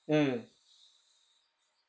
mm